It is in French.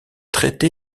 traité